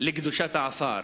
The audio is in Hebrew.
לקדושת העפר.